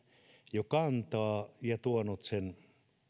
jo kantaa ja tuonut sen